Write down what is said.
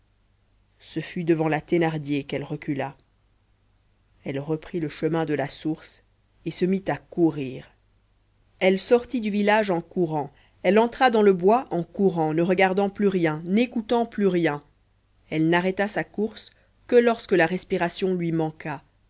ce fut devant la thénardier qu'elle recula elle reprit le chemin de la source et se mit à courir elle sortit du village en courant elle entra dans le bois en courant ne regardant plus rien n'écoutant plus rien elle n'arrêta sa course que lorsque la respiration lui manqua